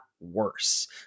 worse